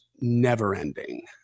never-ending